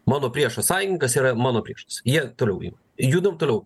mano priešo sąjiinkas yra mano priešas jie toliau ima judam toliau